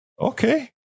Okay